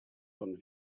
von